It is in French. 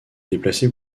déplacée